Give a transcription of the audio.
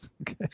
Okay